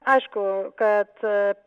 aišku kad